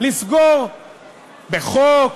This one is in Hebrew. לסגור בחוק